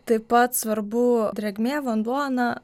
taip pat svarbu drėgmė vanduo na